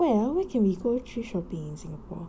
where ah where we can we go thrift shopping in singapore